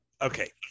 okay